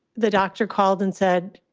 the doctor called and said,